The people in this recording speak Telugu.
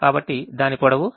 కాబట్టి దాని పొడవు 47